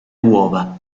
uova